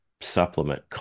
supplement